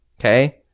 okay